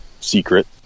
secret